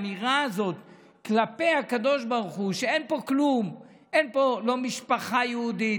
האמירה הזאת כלפי הקדוש ברוך הוא שאין פה כלום: אין פה לא משפחה יהודית,